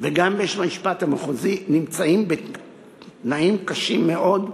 וגם בית-המשפט המחוזי נמצאים בתנאים קשים מאוד,